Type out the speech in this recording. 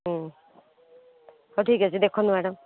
ହଉ ଠିକ୍ ଅଛି ଦେଖନ୍ତୁ ମ୍ୟାଡ଼ମ୍